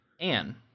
Anne